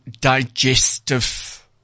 digestive